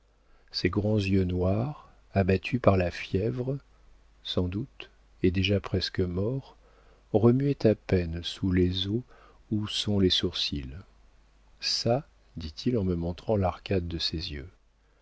ses grands yeux noirs abattus par la fièvre sans doute et déjà presque morts remuaient à peine sous les os où sont les sourcils ça dit-il en me montrant l'arcade de ses yeux